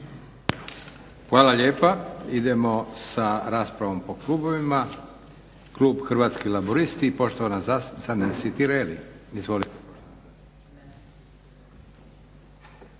Hvala lijepa. Idemo sa raspravom po klubovima. Klub Hrvatski laburisti i poštovana zastupnica Nansi Tireli. Izvolite.